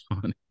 funny